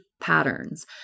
patterns